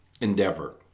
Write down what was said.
endeavor